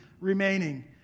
remaining